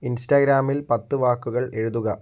ഇൻസ്റ്റാഗ്രാമിൽ പത്ത് വാക്കുകൾ എഴുതുക